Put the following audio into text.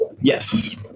Yes